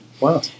Wow